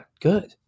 good